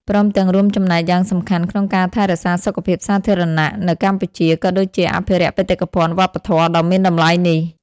ព្រមទាំងរួមចំណែកយ៉ាងសំខាន់ក្នុងការថែរក្សាសុខភាពសាធារណៈនៅកម្ពុជា ក៏ដូចជាអភិរក្សបេតិកភណ្ឌវប្បធម៌ដ៏មានតម្លៃនេះ។